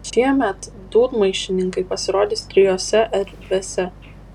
šiemet dūdmaišininkai pasirodys trijose erdvėse